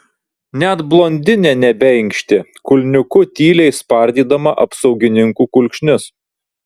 net blondinė nebeinkštė kulniuku tyliai spardydama apsaugininkų kulkšnis